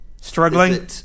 Struggling